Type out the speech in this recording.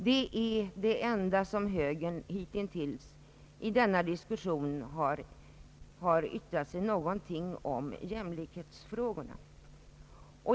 Det är det enda som högern hittills i denna debatt har yttrat i jämlikhetsfrågorna.